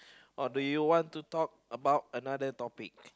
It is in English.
or do you want to talk about another topic